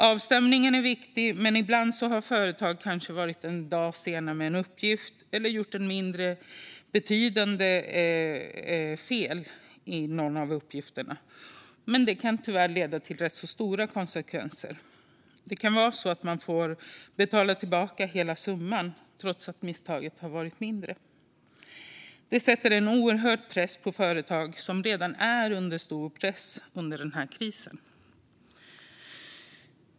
Avstämningen är viktig, men ibland har företag kanske varit en dag sena med en uppgift eller gjort ett mindre betydande fel när det gäller någon av uppgifterna. Detta kan tyvärr leda till rätt stora konsekvenser. Det kan vara så att man får betala tillbaka hela summan trots att misstaget var mindre. Detta sätter en oerhörd press på företag som redan är under stor press under den här krisen.